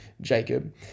jacob